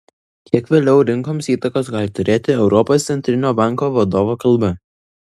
kiek vėliau rinkoms įtakos gali turėti europos centrinio banko vadovo kalba